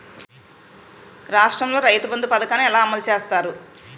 రాష్ట్రంలో రైతుబంధు పథకాన్ని ఎలా అమలు చేస్తారు?